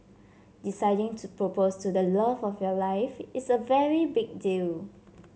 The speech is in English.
deciding to propose to the love of your life is a very big deal